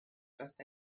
just